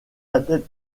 adeptes